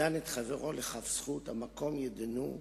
'הדן את חברו לכף זכות, המקום ידינהו',